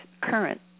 current